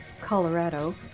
Colorado